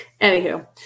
Anywho